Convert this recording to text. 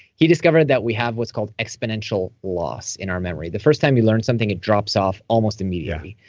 he discovered that we have what's called exponential loss in our memory. the first time you learn something, it drops off almost immediately.